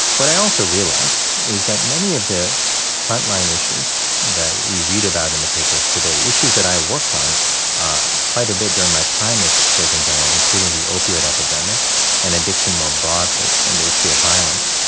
what i also realized is that many of the front-line issues that we read about in the papers today, issues that i worked on quite a bit during my time as surgeon general, including the opioid epidemic and addiction more broadly and the issue of violence,